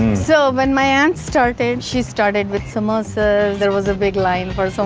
so when my aunt started, she started with samosas, there was a big line for so